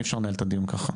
אי אפשר לנהל את הדיון ככה.